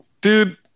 dude